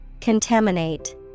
Contaminate